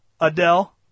Adele